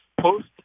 post